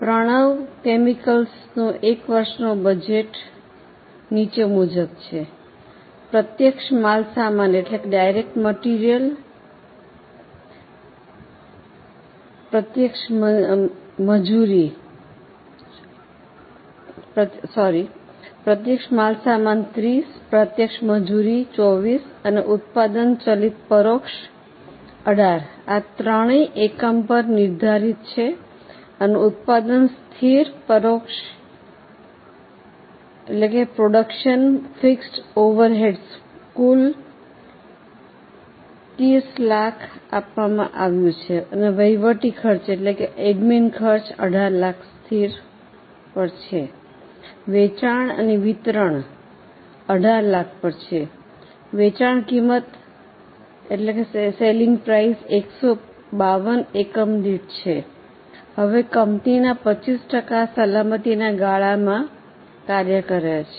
પ્રણવ કેમિકલ્સનો એક વર્ષનો બજેટ આંકડા નીચે મુજબ છે પ્રત્યક્ષ માલ સામાન 30 પ્રત્યક્ષ મજુરી 24 અને ઉત્પાદન ચલિત પરોક્ષ 18 આ ત્રણેય એકમ પર નિર્ધારિત છે અને ઉત્પાદન સ્થિર પરોક્ષ કુલ 3000000 આપવામાં આવ્યું છે વહીવટી ખર્ચ 1800000 સ્થિર પર છે વેચાણ અને વિતરણ 1800000 છે વેચાણ કિંમત 152 એકમ દીઠ છે હવે કંપની 25 ટકા સલામતીના ગાળામાં કાર્ય કરે છે